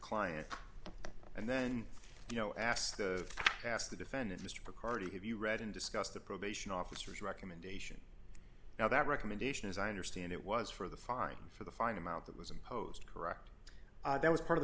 client and then you know ask the past the defendant mr carty have you read and discuss the probation officer's recommendation now that recommendation as i understand it was for the fine for the fine amount that was imposed correct that was part of the